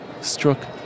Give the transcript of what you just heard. struck